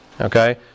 Okay